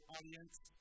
Audience